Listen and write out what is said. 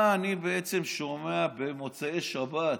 מה אני בעצם שומע במוצאי שבת?